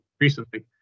recently